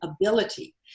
ability